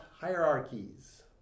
hierarchies